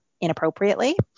inappropriately